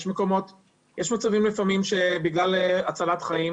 יש מצבים לפעמים שבגלל הצלת חיים